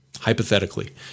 hypothetically